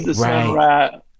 right